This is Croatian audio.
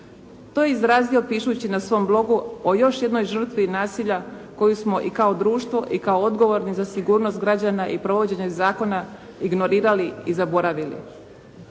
To je izrazio pišući na svom blogu o još jednoj žrtvi nasilja koju smo i kao društvo i kao odgovorni za sigurnost građana i provođenje zakona ignorirali i zaboravili.